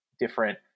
different